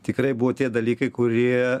tikrai buvo tie dalykai kurie